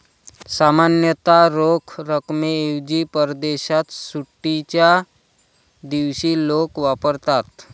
सामान्यतः रोख रकमेऐवजी परदेशात सुट्टीच्या दिवशी लोक वापरतात